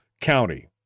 County